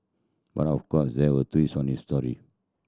but of course there a twist on this story